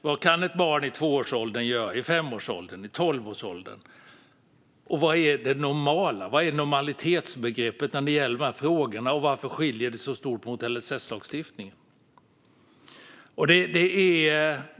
Vad kan ett barn i tvåårsåldern, i femårsåldern eller tolvårsåldern göra? Vad är det normala? Vad är normalitetsbegreppet när det gäller de här frågorna? Och varför skiljer det sig så stort från LSS?